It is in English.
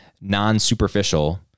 non-superficial